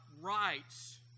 rights